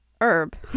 herb